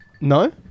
No